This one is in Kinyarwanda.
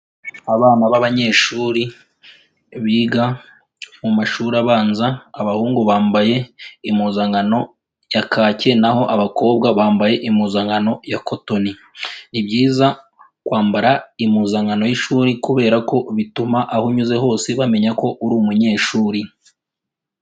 Abana b'abanyeshuri biga mu mashuri abanza, abahungu bambaye impuzankano ya kake n'aho abakobwa bambaye impuzankano ya kotoni, ni byiza kwambara impuzankano y'ishuri kubera ko bituma aho unyuze hose bamenya ko uri umunyeshuri.